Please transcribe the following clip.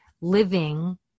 living